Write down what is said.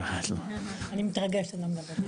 אני מתרגשת, אני לא מדברת.